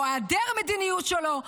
או היעדר המדיניות שלו,